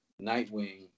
Nightwing